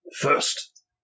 first